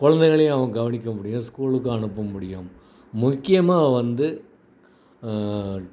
குழந்தைகளையும் அவங்க கவனிக்க முடியும் ஸ்கூலுக்கும் அனுப்ப முடியும் முக்கியமாக வந்து